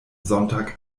sonntag